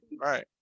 right